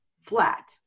flat